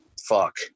fuck